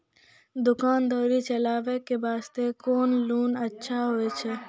दुकान दौरी चलाबे के बास्ते कुन लोन अच्छा होय छै?